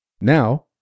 Now